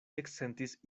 eksentis